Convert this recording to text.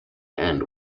end